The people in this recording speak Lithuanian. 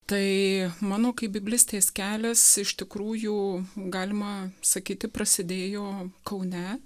tai mano kaip biblistės kelias iš tikrųjų galima sakyti prasidėjo kaune